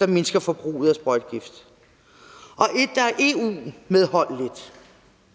der mindsker forbruget af sprøjtegift, og et, der er EU-medholdeligt,